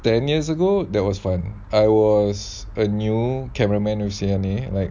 ten years ago that was fun I was a new cameraman who say any like